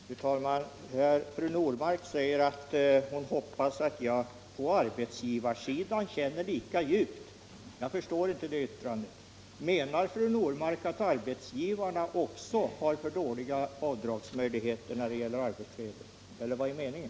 Fru talman! Fru Normark säger att hon hoppas att jag på arbetsgivarsidan känner lika djupt för frågan. Jag förstår inte det yttrandet. Menar fru Normark att också arbetsgivarna har för dåliga avdragsmöjligheter när det gäller arbetskläder eller vad är meningen?